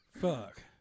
Fuck